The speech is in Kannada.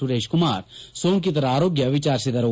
ಸುರೇಶ್ ಕುಮಾರ್ ಸೋಂಕಿತರ ಆರೋಗ್ಯ ವಿಚಾರಿಸಿದರು